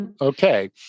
okay